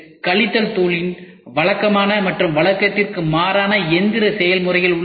கழித்தல் தூணில் வழக்கமான மற்றும் வழக்கத்திற்கு மாறான எந்திர செயல்முறைகள் உள்ளன